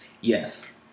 yes